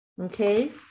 okay